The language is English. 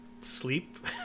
sleep